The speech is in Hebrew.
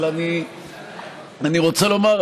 אבל אני רוצה לומר,